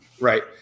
right